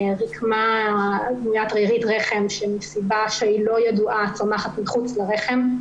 רקמה --- רירית רחם שמסיבה שלא ידועה צומחת מחוץ לרחם.